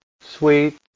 sweet